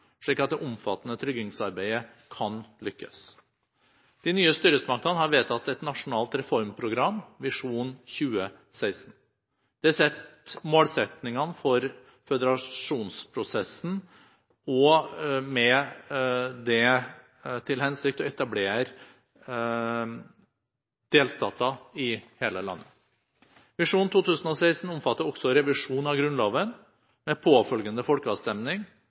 slik at det omfattende tryggingsarbeidet kan lykkes. De nye styresmaktene har vedtatt et nasjonalt reformprogram, Vision 2016. Det setter målsettingene for føderasjonsprosessen med det til hensikt å etablere delstater i hele landet. Vision 2016 omfatter også revisjon av grunnloven med påfølgende folkeavstemning